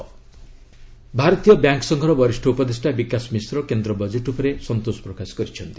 budget reaction ଭାରତୀୟ bank ସଂଘର ବରିଷ୍ଠ ଉପଦେଷ୍ଟା ବିକାଶ ମିଶ୍ର କେନ୍ଦ୍ର ବଜେଟ୍ ଉପରେ ସନ୍ତୋଷ ପ୍ରକାଶ କରିଛନ୍ତି